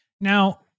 Now